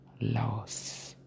loss